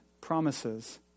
promises